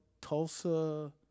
Tulsa